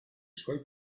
suoi